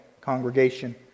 congregation